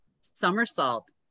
somersault